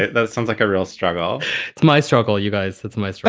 that sounds like a real struggle. it's my struggle, you guys. that's my